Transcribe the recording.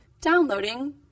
Downloading